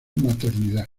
maternidad